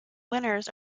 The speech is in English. winners